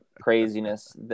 craziness